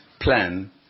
Plan